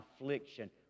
affliction